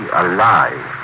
alive